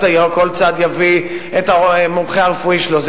אז כל צד יביא את המומחה הרפואי שלו,